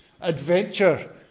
adventure